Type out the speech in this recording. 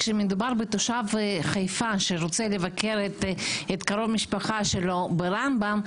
כשמדובר בתושב חיפה שרוצה לבקר את קרוב משפחתו שנמצא ברמב"ם,